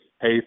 hey